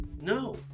No